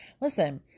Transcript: listen